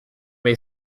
may